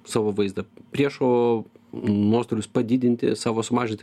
savo vaizdą priešo nuostolius padidinti savo sumažinti